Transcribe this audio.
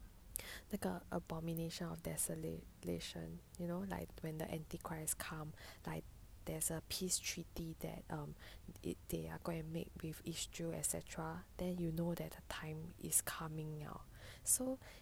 那个 abomination of desolation you know like when the antichrist come like there's a peace treaty that um they are going to made with each jew et cetera then you know that the time is coming liao so